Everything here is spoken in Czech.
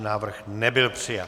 Návrh nebyl přijat.